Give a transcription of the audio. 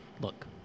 look